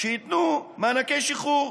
מענקי שחרור.